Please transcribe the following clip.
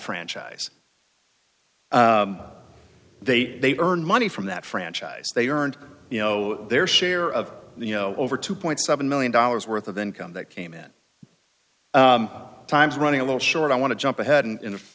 franchise they earn money from that franchise they earned you know their share of the you know over two point seven million dollars worth of income that came in time's running a little short i want to jump ahead and